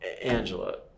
Angela